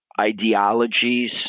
ideologies